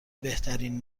بهترین